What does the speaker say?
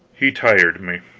he tired me.